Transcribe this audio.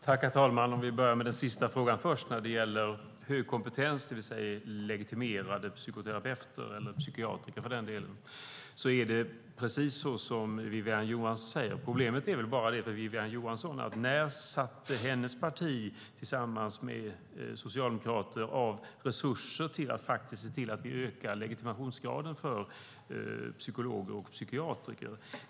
Herr talman! För att börja med den sista frågan först, frågan om hög kompetens, det vill säga legitimerade psykoterapeuter eller för den delen psykiatriker: Det är precis som Wiwi-Anne Johansson säger. Problemet för Wiwi-Anne Johansson är väl bara: När satte hennes parti tillsammans med Socialdemokraterna av resurser för att faktiskt se till att vi ökar legitimationsgraden för psykologer och psykiatriker?